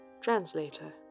translator